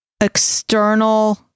external